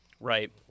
right